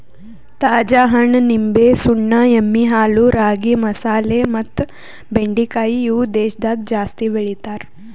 ತಾಜಾ ಹಣ್ಣ, ನಿಂಬೆ, ಸುಣ್ಣ, ಎಮ್ಮಿ ಹಾಲು, ರಾಗಿ, ಮಸಾಲೆ ಮತ್ತ ಬೆಂಡಿಕಾಯಿ ಇವು ದೇಶದಾಗ ಜಾಸ್ತಿ ಬೆಳಿತಾರ್